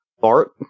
Bart